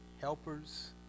helpers